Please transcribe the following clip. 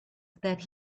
that